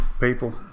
People